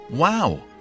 Wow